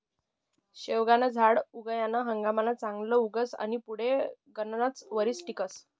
शेवगानं झाड उनायाना हंगाममा चांगलं उगस आनी पुढे गनच वरीस टिकस